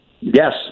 Yes